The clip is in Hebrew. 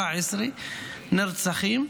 17 נרצחים,